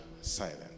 silent